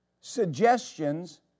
suggestions